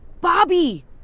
Bobby